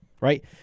right